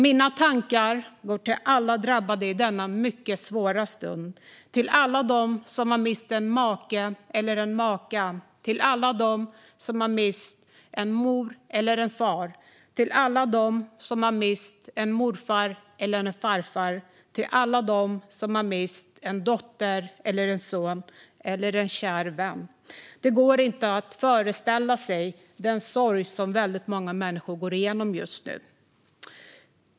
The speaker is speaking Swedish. Mina tankar går till alla drabbade i denna mycket svåra tid - till alla dem som har mist en make eller maka, en mor eller far, en morfar eller farfar, en dotter eller son eller en kär vän. Det går inte att föreställa sig den sorg som väldigt många människor går igenom just nu.